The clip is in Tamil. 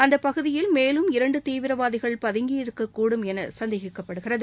அந்தப் பகுதியில் மேலும் இரண்டு தீவிரவாதிகள் பதங்கியிருக்ககூடும் என சந்தேகிக்கப்படுகிறது